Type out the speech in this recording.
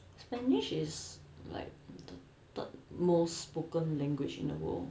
spanish is like the third most spoken language in the world